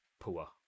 poor